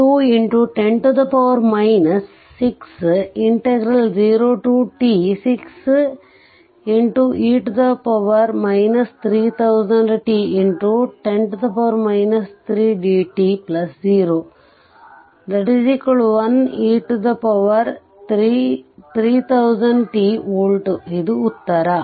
v 12x10 6 0t 6 x e 3000 t x10 3dt 01 e 3000 t voltಇದು ಉತ್ತರ